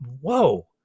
whoa